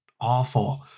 awful